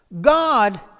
God